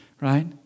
right